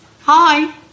Hi